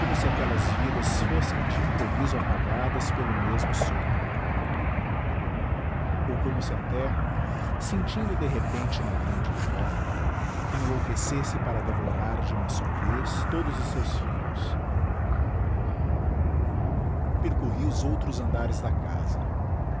se aquelas vidas fossem de improviso apagadas pelo mesmo sopro ou como se a terra sentindo de repente uma grande fome enlouquecesse para devorar de uma só vez todos os seus filhos percorri os outros andares da casa